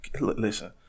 Listen